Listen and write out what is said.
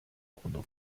cuando